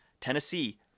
Tennessee